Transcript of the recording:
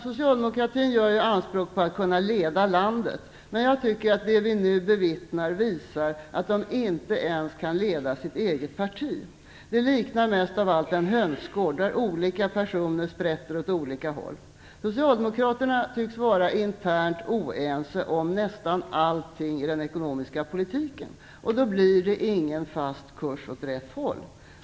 Socialdemokraterna gör anspråk på att kunna leda landet. Men det vi nu bevittnar visar att de inte ens kan leda sitt eget parti. Det liknar mest av allt en hönsgård där olika personer sprätter åt olika håll. Socialdemokraterna tycks vara internt oense om nästan allting i den ekonomiska politiken, och då blir det ingen fast kurs åt rätt håll.